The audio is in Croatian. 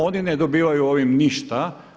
Oni ne dobivaju ovim ništa.